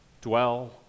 dwell